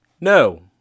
No